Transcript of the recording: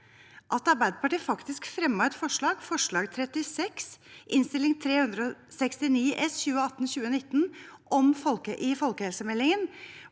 at Arbeiderpartiet faktisk fremmet et forslag, forslag 36, i Innst. 369 S for 2018–2019 om folkehelsemeldingen,